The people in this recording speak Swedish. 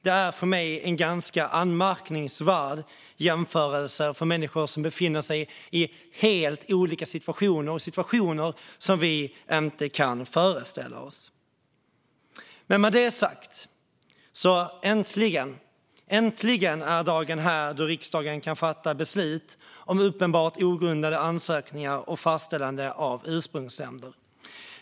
Det är en för mig ganska anmärkningsvärd jämförelse av människor som befinner sig i helt olika situationer, vissa av dem i situationer som vi inte kan föreställa oss. Med det sagt är dagen äntligen här då riksdagen kan fatta beslut om uppenbart ogrundade ansökningar och fastställande av säkra ursprungsländer.